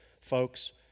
Folks